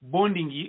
Bonding